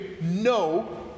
no